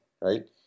right